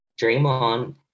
Draymond